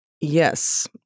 Yes